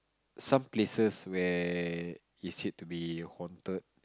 some places where he said to be haunted